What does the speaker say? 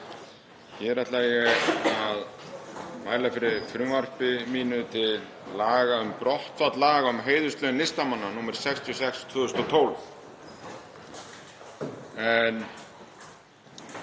Hér ætla ég að mæla fyrir frumvarpi mínu til laga um brottfall laga um heiðurslaun listamanna, nr. 66/2012. Lög